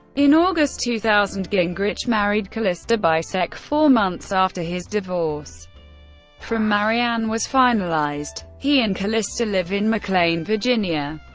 in august two thousand, gingrich married callista bisek four months after his divorce from marianne was finalized. he and callista live in mclean, virginia.